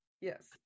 yes